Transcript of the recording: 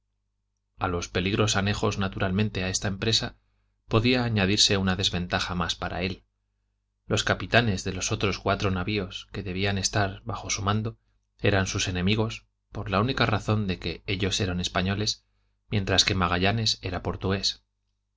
a los peligros anejos naturalmente a esta empresa podía añadirse una desventaja más para él los capitanes de los otros cuatro navios que debían estar bajo su mando eran sus enemigos por la única razón de que ellos eran españoles mientras que magallanes era portugués